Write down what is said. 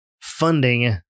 funding